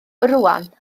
rŵan